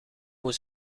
hoe